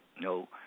no